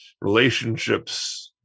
relationships